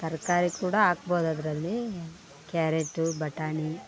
ತರಕಾರಿ ಕೂಡ ಹಾಕ್ಬೌದ್ ಅದರಲ್ಲಿ ಕ್ಯಾರೆಟು ಬಟಾಣಿ